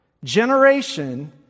generation